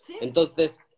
Entonces